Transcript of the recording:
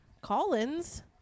Collins